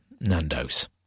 Nando's